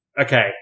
Okay